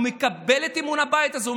הוא מקבל את אמון הבית הזה,